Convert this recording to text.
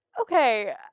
Okay